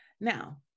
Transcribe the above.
Now